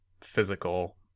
physical